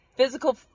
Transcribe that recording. Physical